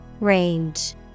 Range